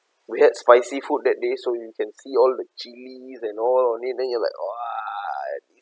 we had spicy food that day so you can see all the chilLies and all on it then you're like !wah!